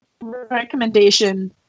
recommendation